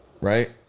right